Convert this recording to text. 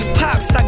pops